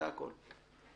זה הכול.